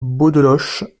beaudeloche